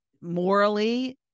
morally